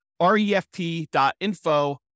refp.info